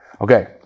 Okay